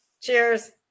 Cheers